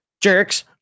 Jerks